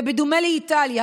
ובדומה לאיטליה,